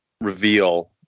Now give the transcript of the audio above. reveal